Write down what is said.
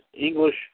English